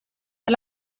per